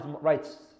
rights